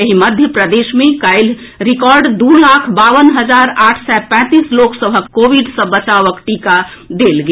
एहि मध्य प्रदेश मे काल्हि रिकॉर्ड दू लाख बावन हजार आठ सय पैंतीस लोक सभक कोविड सँ बचावक टीका देल गेल